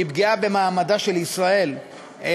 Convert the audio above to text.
היא פגיעה במעמדה של מדינת ישראל בעולם.